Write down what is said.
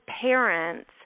parents